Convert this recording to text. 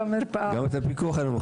גם את הפיקוח הם מוכנים לקבל.